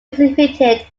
exhibited